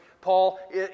Paul